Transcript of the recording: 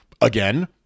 again